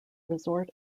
resort